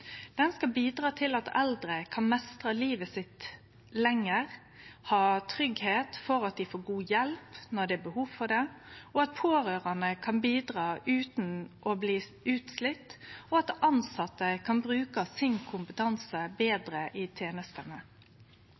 Den skal bidra til at eldre kan meistre livet sitt lenger og ha tryggleik for at dei får god hjelp når det er behov for det, at pårørande kan bidra utan å bli slitne ut, og at tilsette kan bruke kompetansen sin betre i tenestene.